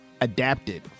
adapted